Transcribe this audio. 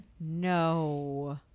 No